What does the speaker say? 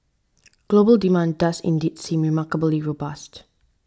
global demand does indeed seem remarkably robust